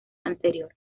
anterior